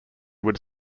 would